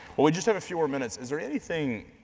well we just have a few more minutes. is there anything,